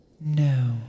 No